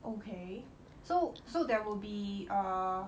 okay so so there will be err